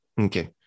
Okay